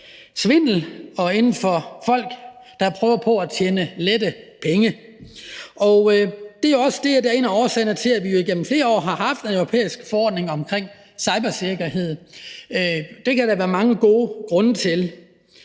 svindel og hos folk, der prøver at tjene lette penge. Det er også det, der er en af årsagerne til, at vi jo igennem flere år har haft en europæisk forordning omkring cybersikkerhed. Det kan der være mange gode grunde til.